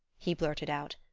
he blurted out.